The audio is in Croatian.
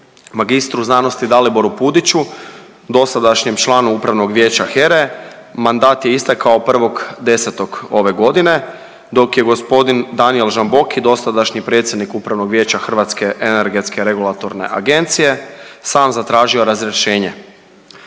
Magistru znanosti Daliboru Pudiću, dosadašnjem članu Upravnog vijeća HERA-e mandat je istekao 1.10. ove godine, dok je g. Danijel Žamboki, dosadašnji predsjednik Upravnog vijeća HERA-e sam zatražio razrješenje.